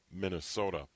Minnesota